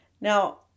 Now